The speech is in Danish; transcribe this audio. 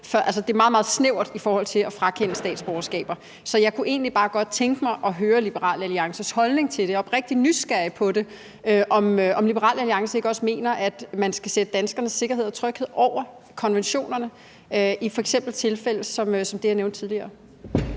og flere andre ting for at få frakendt sit statsborgerskab, så jeg kunne egentlig bare godt tænke mig at høre Liberal Alliances holdning til det, for jeg er oprigtig nysgerrig på det. Mener Liberal Alliance ikke også, at man skal sætte danskernes sikkerhed og tryghed over konventionerne, f.eks. i tilfælde som det, jeg nævnte tidligere?